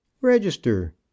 Register